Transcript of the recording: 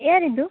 ಯಾರಿದು